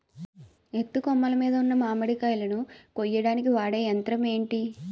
ఎత్తు కొమ్మలు మీద ఉన్న మామిడికాయలును కోయడానికి వాడే యంత్రం ఎంటి?